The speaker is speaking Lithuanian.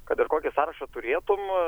kad ir kokį sąrašą turėtum